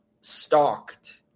stalked